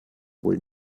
wohl